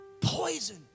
Poison